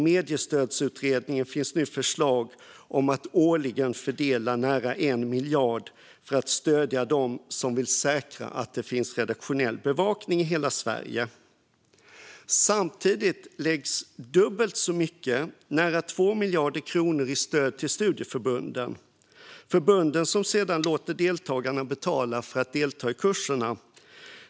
Mediestödsutredningen har nu föreslagit att man årligen ska fördela närmare 1 miljard för att stödja dem som vill säkra att det finns redaktionell bevakning i hela Sverige. Samtidigt läggs dubbelt så mycket, närmare 2 miljarder kronor, på stöd till studieförbunden, som sedan låter deltagarna betala för att delta i kurserna.